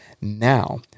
now